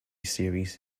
series